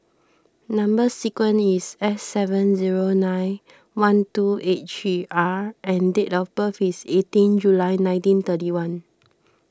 Number Sequence is S seven zero nine one two eight three R and date of birth is eighteen July nineteen thirty one